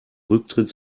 rücktritt